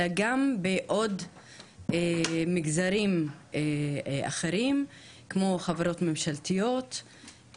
אלא גם במגזרים נוספים כמו חברות ממשלתיות,